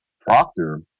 Proctor